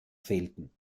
fehlten